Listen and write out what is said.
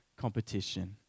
competition